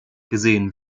gesehen